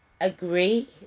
agree